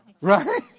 Right